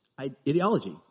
ideology